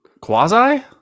Quasi